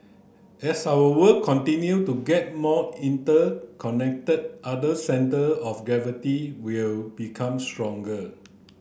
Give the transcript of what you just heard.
as our world continue to get more interconnected other centre of gravity will become stronger